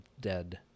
dead